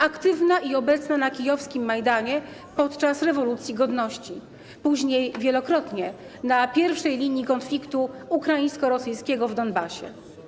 Aktywna i obecna na kijowskim Majdanie podczas rewolucji godności, później wielokrotnie na pierwszej linii konfliktu ukraińsko-rosyjskiego w Donbasie.